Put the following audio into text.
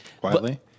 quietly